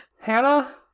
Hannah